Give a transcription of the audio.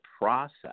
process